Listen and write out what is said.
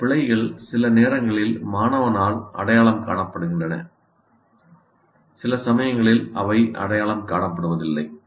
இந்த பிழைகள் சில நேரங்களில் மாணவனால் அடையாளம் காணப்படுகின்றன சில சமயங்களில் அவை அடையாளம் காணப்படுவதில்லை